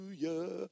Hallelujah